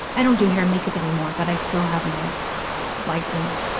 i don't do hair and make-up anymore, but i still have my license,